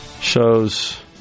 shows